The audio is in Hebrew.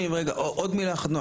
עוד מילה אחת,